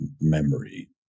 memory